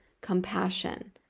compassion